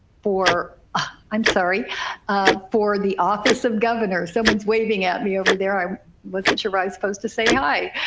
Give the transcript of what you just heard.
for i'm sorry ah for the office of governor. someone's waving at me over there i wasn't sure i supposed to say hi.